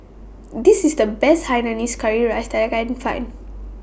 This IS The Best Hainanese Curry Rice that I Can Find